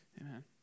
Amen